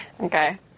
okay